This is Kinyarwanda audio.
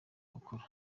gukura